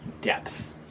depth